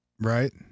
right